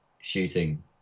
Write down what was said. shooting